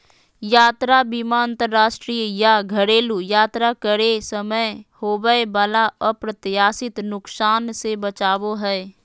यात्रा बीमा अंतरराष्ट्रीय या घरेलू यात्रा करे समय होबय वला अप्रत्याशित नुकसान से बचाबो हय